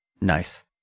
Nice